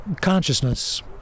consciousness